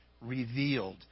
revealed